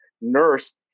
nurse